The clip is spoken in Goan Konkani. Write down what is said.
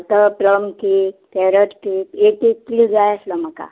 तो प्लम केक कॅरट केक एक एक कील जाय आसलो म्हाका